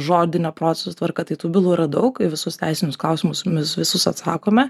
žodinio proceso tvarka tai tų bylų yra daug į visus teisinius klausimus mes visus atsakome